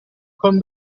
con